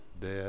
dead